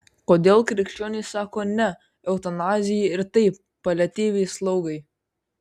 kodėl krikščionys sako ne eutanazijai ir taip paliatyviai slaugai